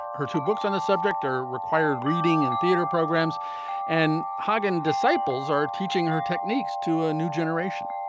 her two books on the subject are required reading and theater programs and hagen disciples are teaching her techniques to a new generation.